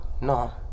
No